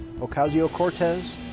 Ocasio-Cortez